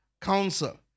Counsel